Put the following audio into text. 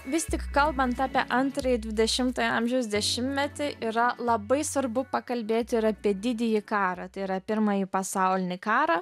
vis tik kalbant apie antrąjį dvidešimtojo amžiaus dešimtmetį yra labai svarbu pakalbėti ir apie didįjį karą tai yra pirmąjį pasaulinį karą